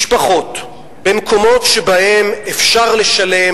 משפחות במקומות שבהם אפשר לשלם